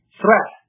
threat